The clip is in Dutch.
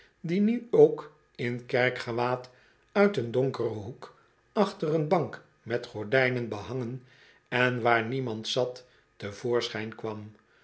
die nu ook in kerkgewaad uit een donkeren hoek achter een bank met gordijnen behangen en waar niemand zat to voorschijn kwam